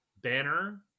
Banner